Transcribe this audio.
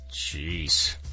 Jeez